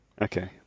Okay